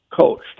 coached